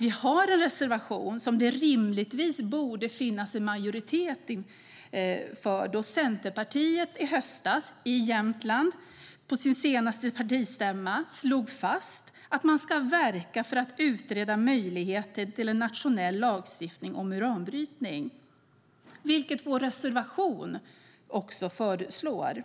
Vi har en reservation som det rimligtvis borde finnas en majoritet för, då Centerpartiet i höstas i Jämtland på sin senaste partistämma slog fast att man ska verka för att utreda möjligheterna till en nationell lagstiftning om uranbrytning, vilket vår reservation också föreslår.